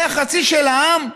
וחצי של העם,